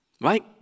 Right